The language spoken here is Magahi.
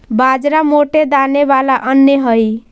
बाजरा मोटे दाने वाला अन्य हई